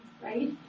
right